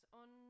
on